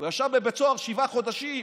הוא ישב בבית סוהר שבעה חודשים.